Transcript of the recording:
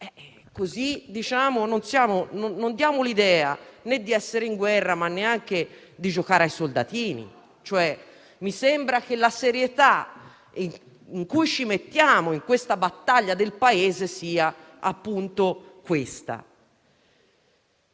così non diamo l'idea né di essere in guerra ma neanche di giocare ai soldatini. Mi sembra che la serietà che impieghiamo in questa battaglia del Paese stia in questo.